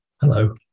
Hello